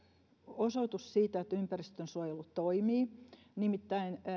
osoitus siitä että ympäristönsuojelu toimii nimittäin